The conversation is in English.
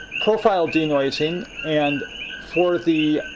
profile denoising. and for the